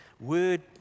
word